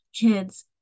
kids